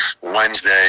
wednesday